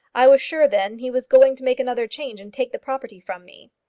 i was sure then he was going to make another change and take the property from me.